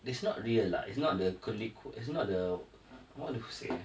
that's not real lah it's not the co~ code is not the what to say